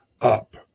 up